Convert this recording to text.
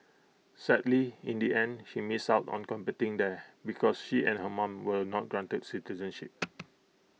sadly in the end she missed out on competing there because she and her mom were not granted citizenship